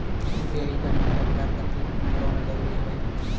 UPI बनवाय बर कतेक उमर होना जरूरी हवय?